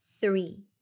three